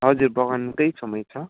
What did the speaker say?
हजुर बगानकै छेउमै छ